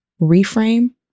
reframe